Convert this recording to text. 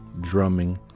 drumming